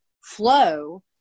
flow